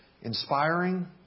inspiring